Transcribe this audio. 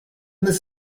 this